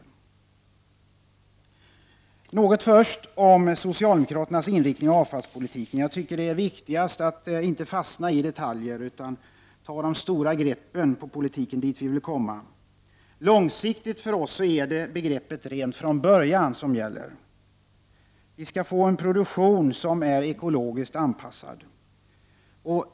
Först något om inriktningen i socialdemokraternas avfallspolitik. Det viktigaste är att inte fastna i detaljer utan ta de stora greppen på politiken dit man vill komma. Långsiktigt gäller begreppet ”rent från början”. Vi skall få en produktion som är ekologiskt anpassad.